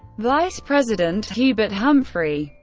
vice president hubert humphrey,